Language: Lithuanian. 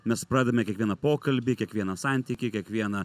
mes pradedame kiekvieną pokalbį kiekvieną santykį kiekvieną